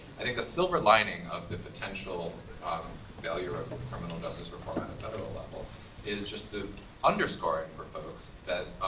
i think the silver lining of the potential um failure of but criminal justice reform at a federal level is just the underscoring for folks that